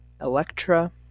Electra